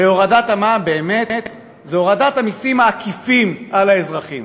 הרי הורדת המע"מ באמת זה הורדת המסים העקיפים על האזרחים,